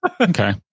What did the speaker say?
Okay